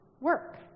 work